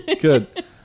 Good